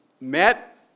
met